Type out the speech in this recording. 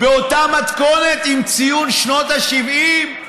באותה מתכונת, עם ציון שנת ה-70?